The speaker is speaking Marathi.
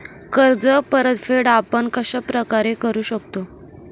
कर्ज परतफेड आपण कश्या प्रकारे करु शकतो?